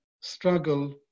struggle